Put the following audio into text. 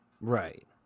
Right